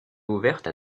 ouverte